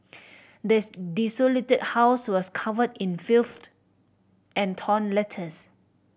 this desolated house was covered in filth and torn letters